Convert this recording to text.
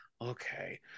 Okay